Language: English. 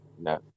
No